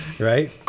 Right